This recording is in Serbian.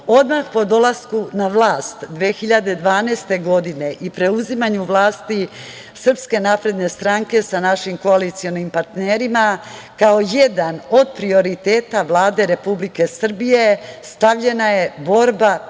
po dolasku na vlast, 2012. godine i preuzimanju vlasti SNS sa našim koalicionim partnerima, kao jedan od prioriteta Vlade Republike Srbije stavljena je borba